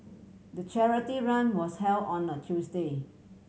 the charity run was held on a Tuesday